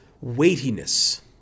Weightiness